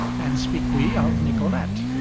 and speak we of nicolete.